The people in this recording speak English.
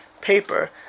paper